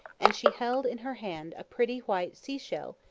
and she held in her hand a pretty white sea-shell,